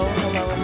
hello